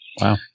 Wow